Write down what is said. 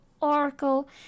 oracle